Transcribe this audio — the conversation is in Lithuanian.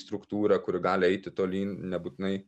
struktūrą kuri gali eiti tolyn nebūtinai